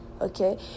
okay